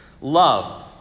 Love